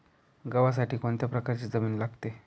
गव्हासाठी कोणत्या प्रकारची जमीन लागते?